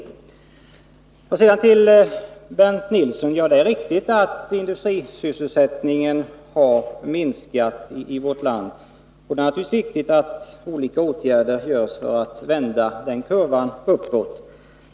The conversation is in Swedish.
Sedan vill jag säga till Bernt Nilsson att det är riktigt att industrisysselsättningen har minskat i vårt land, och naturligtvis är det viktigt att olika åtgärder vidtas för att vända den kurvan uppåt.